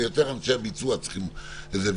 ויותר אנשי הביצוע צריכים את זה,